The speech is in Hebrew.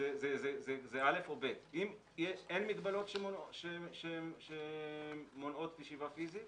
אם אין מגבלות שמונעות ישיבה פיסית